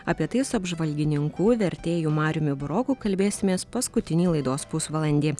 apie tai su apžvalgininku vertėju mariumi buroku kalbėsimės paskutinį laidos pusvalandį